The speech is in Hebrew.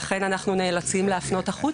לכן אנחנו נאלצים להפנות החוצה.